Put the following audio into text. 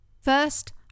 First